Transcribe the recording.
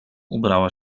ubrała